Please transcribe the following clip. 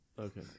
okay